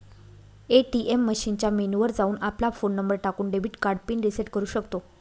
ATM मशीनच्या menu वर जाऊन, आपला फोन नंबर टाकून, डेबिट कार्ड पिन रिसेट करू शकतो